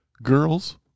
Girls